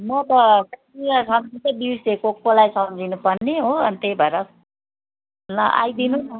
म त सम्झिँदै सम्झिँदै बिर्सेँ को कोलाई सम्झिनु पर्ने हो अनि त त्यही भएर ल आइदिनु न